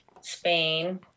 spain